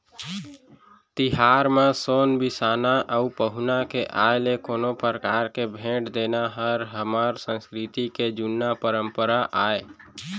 तिहार म सोन बिसाना अउ पहुना के आय ले कोनो परकार के भेंट देना हर हमर संस्कृति के जुन्ना परपंरा आय